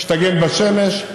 שתגן בשמש,